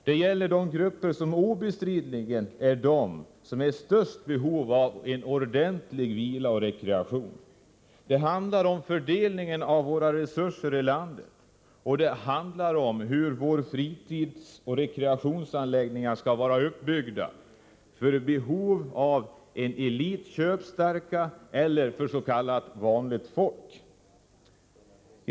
Det gäller de grupper som obestridligen har det största behovet av ordentlig vila och rekreation. Det handlar om fördelningen av våra resurser i landet och om hur våra fritidsoch rekreationsanläggningar skall vara uppbyggda — för att tillgodose behoven hos en elit och köpstarka människor eller för s.k. vanligt folk.